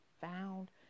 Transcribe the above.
found